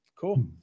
Cool